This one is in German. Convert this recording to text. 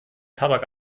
tabak